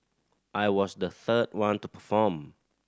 I was the third one to perform